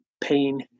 pain